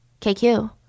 KQ